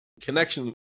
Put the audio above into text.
connection